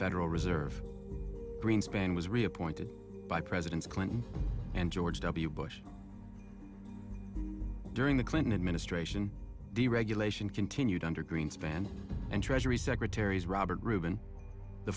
federal reserve greenspan was reappointed by presidents clinton and george w bush during the clinton administration deregulation continued under greenspan and treasury secretary robert rubin the